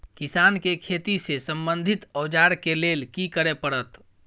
किसान के खेती से संबंधित औजार के लेल की करय परत?